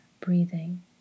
breathing